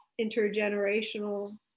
intergenerational